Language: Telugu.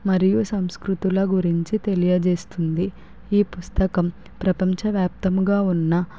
మరియు సంస్కృతుల గురించి తెలియజేస్తుంది ఈ పుస్తకం ప్రపంచ వ్యాప్తముగా ఉన్న